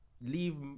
leave